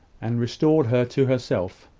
and restored her to herself.